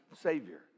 Savior